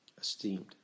esteemed